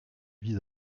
vise